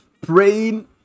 Praying